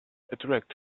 attract